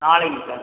நாளைக்கு சார்